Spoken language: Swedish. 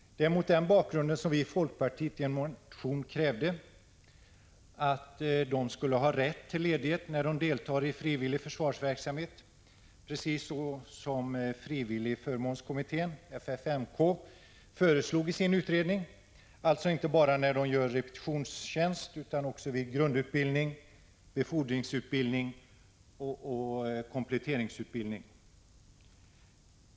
Det är mot den bakgrunden som vi i folkpartiet i en motion krävde att man skulle ha rätt till ledighet när man deltar i frivillig försvarsverksamhet, precis så som frivilligförmånskommittén föreslog i sin utredning, alltså inte bara när man gör repetitionstjänst utan också vid grundutbildning, befordringsutbildning och kompletteringsutbildning.